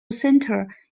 center